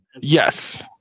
Yes